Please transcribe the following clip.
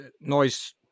noise